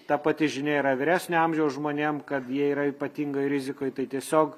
ta pati žinia yra vyresnio amžiaus žmonėm kad jie yra ypatingai rizikoj tai tiesiog